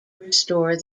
restore